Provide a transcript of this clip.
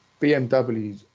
BMWs